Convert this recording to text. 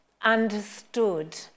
understood